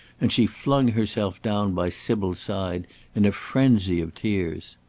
and she flung herself down by sybil's side in a frenzy of tears.